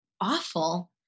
awful